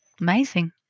Amazing